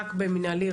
רק במינהלי,